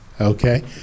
Okay